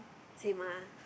same ah